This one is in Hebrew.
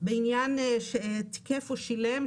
בעניין שתיקף או שילם.